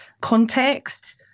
context